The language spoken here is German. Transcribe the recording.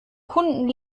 kunden